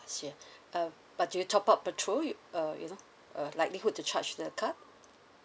sure but you top up petrol you uh you know likelihood to charge the card